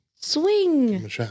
Swing